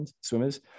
swimmers